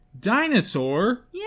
Dinosaur